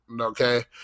Okay